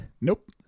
Nope